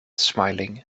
smiling